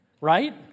right